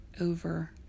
over